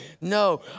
No